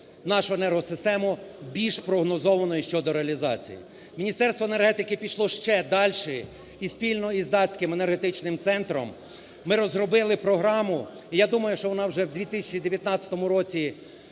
нашу енергосистему більш прогнозованою щодо реалізації. Міністерство енергетики пішло ще дальше і спільно із Данським енергетичним центром, ми розробили програму, і я думаю, що вона вже в 2019 році